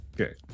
Okay